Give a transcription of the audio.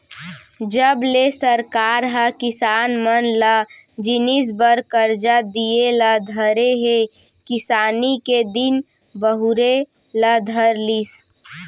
जब ले सरकार ह किसान मन ल हर जिनिस बर करजा दिये ल धरे हे किसानी के दिन बहुरे ल धर लिस